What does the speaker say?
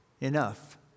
enough